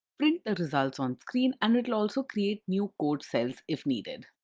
print the results on screen, and it'll also create new code cells if needed.